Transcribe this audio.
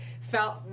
felt